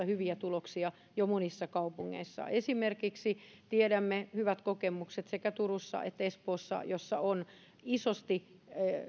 hyviä tuloksia jo monissa kaupungeissa esimerkiksi tiedämme hyvät kokemukset sekä turussa että espoossa joissa on isosti